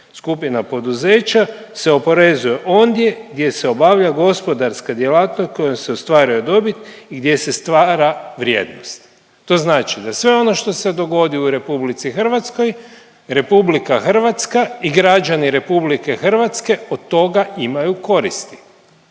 skupina poduzeća se oporezuje ondje gdje se obavlja gospodarska djelatnost kojom se ostvaruje dobit i gdje se stvara vrijednost. To znači da sve ono što se dogodi u RH, RH i građani RH od toga imaju koristi.